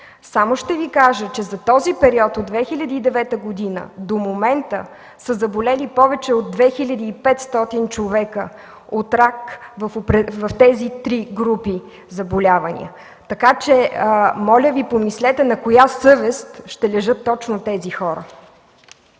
Само ще Ви кажа, че за този период от 2009 г. до момента са заболели повече от 2500 човека от рак в тези три групи заболявания. Така че, моля Ви, помислете на коя съвест ще лежат точно тези хора.